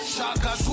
Shaka